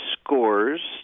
scores